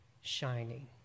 shining